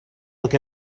look